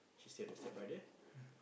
she stay at the stepbrother